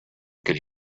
could